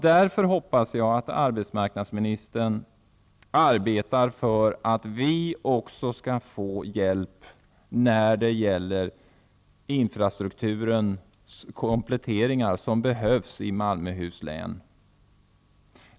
Jag hoppas därför att arbetsmarknadsministern arbetar för att också vi skall få hjälp när det gäller de kompletteringar av infrastrukturen som behövs i Malmöhus län.